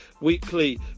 weekly